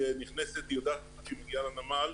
כשהיא נכנסת היא יודעת שהיא מגיעה לנמל,